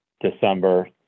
December